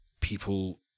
people